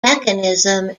mechanism